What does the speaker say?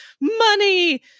money